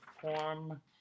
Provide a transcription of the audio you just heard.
form